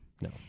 No